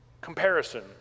Comparison